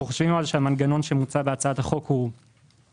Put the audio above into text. אבל אנחנו חושבים שהמנגנון המוצע בהצעת החוק בעייתי.